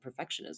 perfectionism